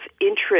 interest